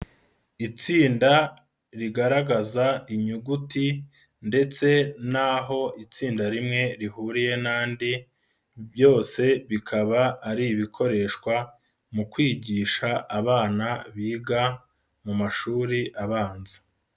Itsinda rigaragaza inyuguti ndetse n'aho itsinda rimwe rihuriye n'andi, byose bikaba ari ibikoreshwa mu kwigisha abana biga mu mashuri abanza.